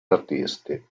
artisti